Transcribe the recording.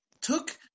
took